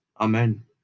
Amen